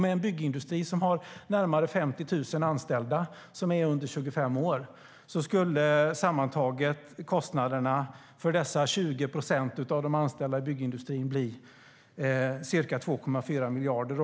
Med en byggindustri som har närmare 50 000 anställda som är under 25 år skulle kostnaderna för dessa 20 procent av de anställda sammantaget bli ca 2,4 miljarder.